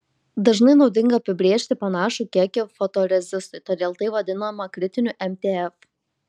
dažnai naudinga apibrėžti panašų kiekį fotorezistui todėl tai vadinama kritiniu mtf